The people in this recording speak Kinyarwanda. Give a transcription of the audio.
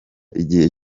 igihe